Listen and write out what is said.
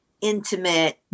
intimate